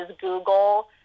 Google